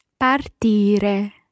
Partire